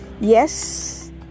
yes